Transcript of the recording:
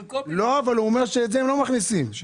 אומר שאת זה לא מכניסים.